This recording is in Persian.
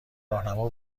راهنما